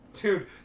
Dude